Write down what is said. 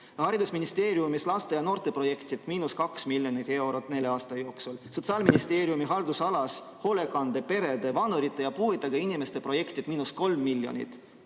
haridusministeeriumis laste- ja noorteprojektid – miinus 2 miljonit eurot nelja aasta jooksul, Sotsiaalministeeriumi haldusalas hoolekande, perede, vanurite ja puuetega inimeste projektid – miinus 3 miljonit